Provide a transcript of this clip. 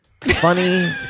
Funny